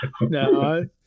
No